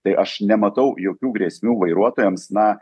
tai aš nematau jokių grėsmių vairuotojams na